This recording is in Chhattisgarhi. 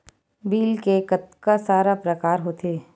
बिल के कतका सारा प्रकार होथे?